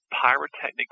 pyrotechnic